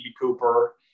Cooper